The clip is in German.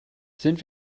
sind